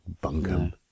bunkum